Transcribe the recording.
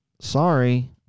Sorry